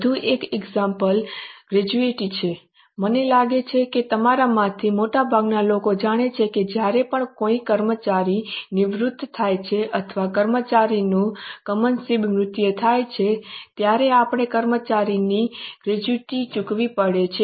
વધુ એક ઉદાહરણ ગ્રેચ્યુઇટી છે મને લાગે છે કે તમારામાંથી મોટાભાગના લોકો જાણે છે કે જ્યારે પણ કોઈ કર્મચારી નિવૃત્ત થાય છે અથવા કર્મચારીનું કમનસીબ મૃત્યુ થાય છે ત્યારે આપણે કર્મચારીને ગ્રેચ્યુઈટી ચૂકવવી પડે છે